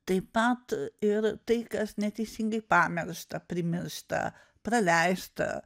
taip pat ir tai kas neteisingai pamiršta primiršta praleista